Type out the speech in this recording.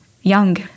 young